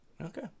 Okay